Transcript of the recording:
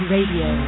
Radio